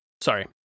Sorry